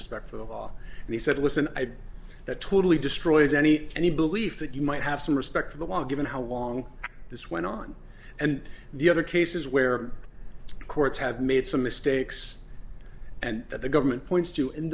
respect for the law and he said listen i that totally destroys any any belief that you might have some respect for the law given how long this went on and the other cases where courts have made some mistakes and that the government points to in